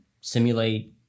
simulate